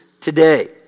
today